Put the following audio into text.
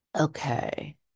Okay